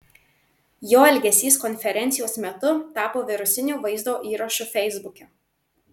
jo elgesys konferencijos metu tapo virusiniu vaizdo įrašu feisbuke